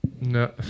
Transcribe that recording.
No